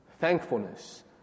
thankfulness